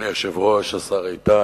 אדוני היושב-ראש, השר איתן,